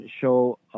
show